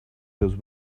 those